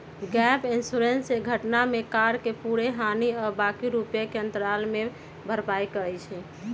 gap insurance से घटना में कार के पूरे हानि आ बाँकी रुपैया के अंतराल के भरपाई करइ छै